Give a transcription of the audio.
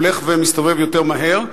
הולך ומסתובב יותר מהר.